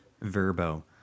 verbo